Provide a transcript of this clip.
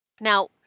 Now